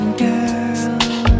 girl